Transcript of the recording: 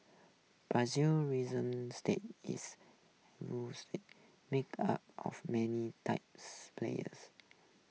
Brazil's reason stay is made up of many taps players